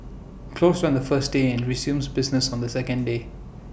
closed on the first day and resumes business on the second day